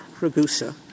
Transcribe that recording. Ragusa